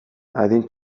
adin